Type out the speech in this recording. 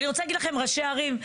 ואני רוצה להגיד לכם ראשי ערים,